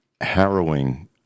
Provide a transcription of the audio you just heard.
harrowing